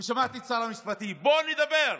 שמעתי את שר המשפטים: בואו נדבר,